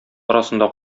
арасында